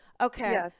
Okay